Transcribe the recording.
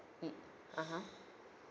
it (uh huh)